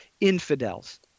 infidels